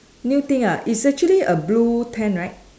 new thing ah it's actually a blue tent right